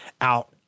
out